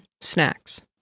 Snacks